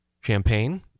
champagne